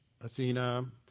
Athena